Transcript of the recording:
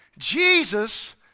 Jesus